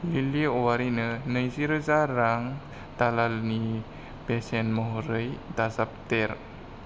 लिलि औवारिनो नैजिरोजा रां दालालनि बेसेन महरै दाजाबदेर